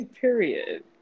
period